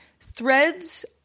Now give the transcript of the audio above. threads